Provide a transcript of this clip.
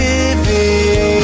Living